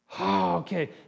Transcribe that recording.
Okay